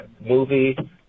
movie